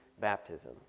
baptism